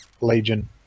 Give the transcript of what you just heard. Legion